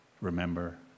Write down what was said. remember